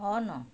on